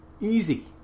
Easy